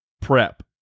prep